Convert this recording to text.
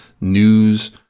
news